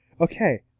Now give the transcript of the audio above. Okay